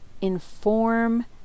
inform